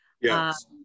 yes